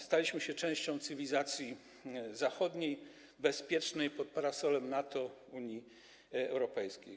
Staliśmy się częścią cywilizacji zachodniej, bezpiecznej pod parasolem NATO i Unii Europejskiej.